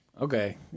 Okay